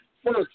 First